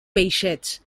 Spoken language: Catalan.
peixets